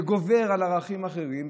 שגובר על ערכים אחרים,